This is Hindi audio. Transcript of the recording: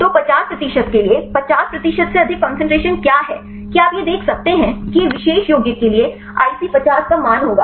तो 50 प्रतिशत के लिए 50 प्रतिशत से संबंधित कंसंट्रेशन क्या है कि आप यह देख सकते हैं कि यह विशेष यौगिक के लिए IC50 का मान होगा